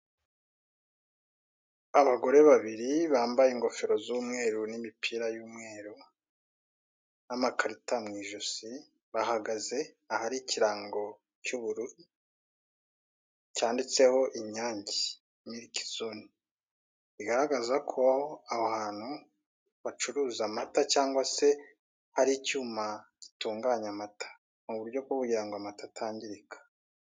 Abagore babiri bambaye ingofero z'umweru n'imipira y'umweru n'amakarita mu ijosi bahagaze ahari ikirango cy'ubururu cyanditseho "INYANGE MILIKI ZONE" bigaragaza ko aho hantu bacururuza amata cyangwa se hari icyuma gitunganya amata mu buryo bwo kugira ngo amata atangirika.